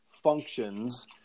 Functions